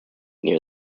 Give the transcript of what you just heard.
near